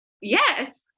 Yes